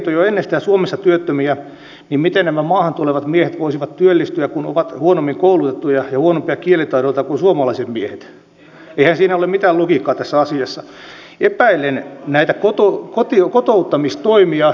kun tämän työllisyystilanteen yhdistää siihen tosiasiaan että meidän on saatettava maamme julkinen talous kestävälle pohjalle rakenteellisin uudistuksin ja välttämättömiä sopeutustoimia tehden niin tässä riittää kyllä tekemistä